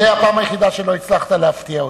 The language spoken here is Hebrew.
זאת הפעם היחידה שלא הצלחת להפתיע אותי,